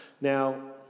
Now